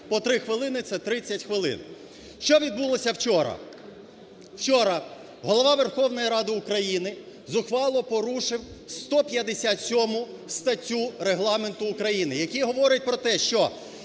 по 3 хвилини – це 30 хвилин. Що відбулося вчора? Вчора Голова Верховної Ради України зухвало порушив 157 статтю Регламенту України, яка говорить про те, що